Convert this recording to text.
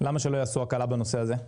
למה שלא יעשו הקלה בנושא הזה?